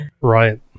Right